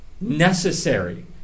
necessary